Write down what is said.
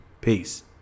Peace